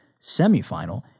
semifinal